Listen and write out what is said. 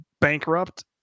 bankrupt